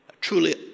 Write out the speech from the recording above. truly